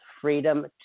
Freedom